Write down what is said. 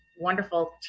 wonderful